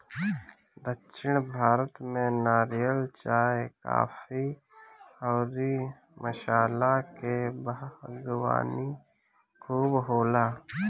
दक्षिण भारत में नारियल, चाय, काफी अउरी मसाला के बागवानी खूब होला